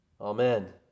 Amen